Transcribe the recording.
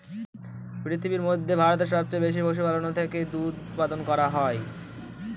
পৃথিবীর মধ্যে ভারতে সবচেয়ে বেশি পশুপালন থেকে দুধ উপাদান করা হয়